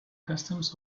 customs